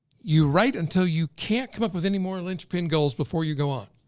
you write until you can't come up with any more linchpin goals before you go on.